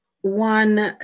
one